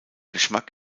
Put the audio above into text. geschmack